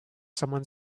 someone